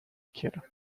quiero